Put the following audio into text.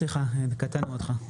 סליחה, קטענו אותך.